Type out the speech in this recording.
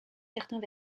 certains